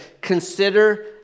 consider